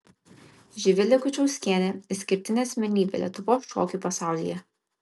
živilė kučauskienė išskirtinė asmenybė lietuvos šokių pasaulyje